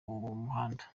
muhanda